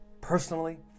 personally